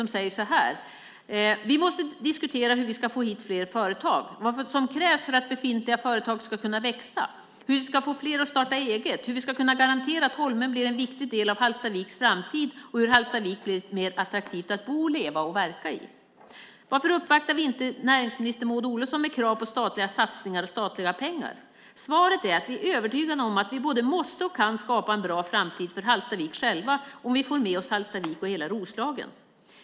De säger så här: "Vi måste diskutera hur vi ska få hit fler företag, vad som krävs för att befintliga företag ska kunna växa, hur vi ska få fler att starta eget, hur vi ska kunna garantera att Holmen blir en viktig del av Hallstaviks framtid och hur Hallstavik blir mer attraktivt att bo, leva och verka i. - Men varför uppvaktar vi inte istället näringsminister Maud Olofsson med krav på statliga satsningar och statliga pengar? Svaret är att vi är övertygade om att vi både måste och kan skapa en bra framtid för Hallstavik själva, om vi får med oss Hallstavik och hela Roslagen.